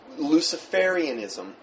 Luciferianism